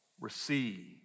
receive